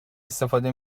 استفاده